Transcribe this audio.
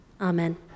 Amen